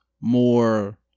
more